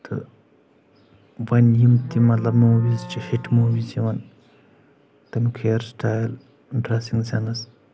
تہٕ وۄنۍ یِم تہِ مطلب موٗویٖز چھِ ہِٹ موٗویٖز چھِ یِوان تمیُک ہیر سٹایِل ڈریسنٛگ سینٕس